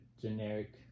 generic